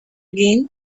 again